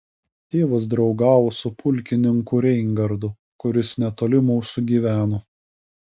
tėvas draugavo su pulkininku reingardu kuris netoli mūsų gyveno